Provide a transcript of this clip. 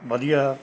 ਵਧੀਆ